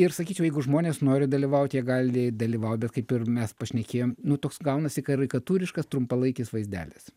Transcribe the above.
ir sakyčiau jeigu žmonės nori dalyvaut jie gali dalyvaut bet kaip ir mes pašnekėjom nu toks gaunasi karikatūriškas trumpalaikis vaizdelis